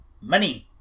Money